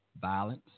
violence